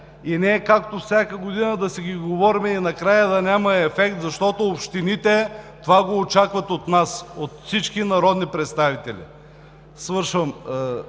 не както всяка година да си ги говорим и накрая да няма ефект, защото общините това го очакват от нас – от всички народни представители.